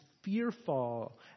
Fearful